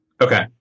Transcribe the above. Okay